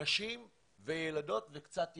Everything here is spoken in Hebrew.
נשים וילדות וקצת ילדים,